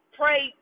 pray